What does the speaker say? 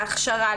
להכשרה,